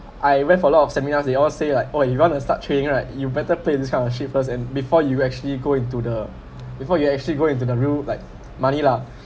I went for a lot of seminars they all say like oh you want to start trading right you better play in this kind of shit first and before you actually go into the before you actually go into the real like money lah